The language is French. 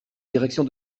direction